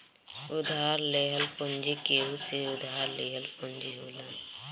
उधार लेहल पूंजी केहू से उधार लिहल पूंजी होला